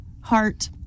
heart